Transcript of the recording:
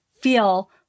feel